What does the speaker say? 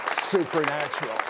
supernatural